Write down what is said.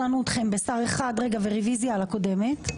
רביזיה על הקודמת.